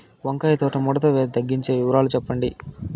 వంకాయ తోట ముడత వ్యాధి తగ్గించేకి వివరాలు చెప్పండి?